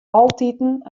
altiten